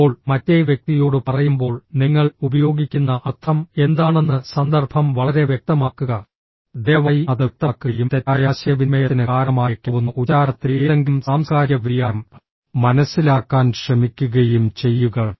ഇപ്പോൾ മറ്റേ വ്യക്തിയോട് പറയുമ്പോൾ നിങ്ങൾ ഉപയോഗിക്കുന്ന അർത്ഥം എന്താണെന്ന് സന്ദർഭം വളരെ വ്യക്തമാക്കുക ദയവായി അത് വ്യക്തമാക്കുകയും തെറ്റായ ആശയവിനിമയത്തിന് കാരണമായേക്കാവുന്ന ഉച്ചാരണത്തിലെ ഏതെങ്കിലും സാംസ്കാരിക വ്യതിയാനം മനസിലാക്കാൻ ശ്രമിക്കുകയും ചെയ്യുക